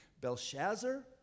Belshazzar